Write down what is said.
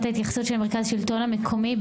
התייחסות מרכז השלטון המקומי.